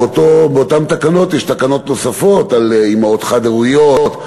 באותן תקנות תיקנו תקנות נוספות על אימהות חד-הוריות,